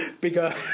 bigger